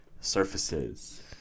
surfaces